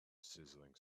sizzling